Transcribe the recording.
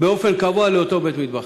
באופן קבוע לאותו בית-מטבחיים.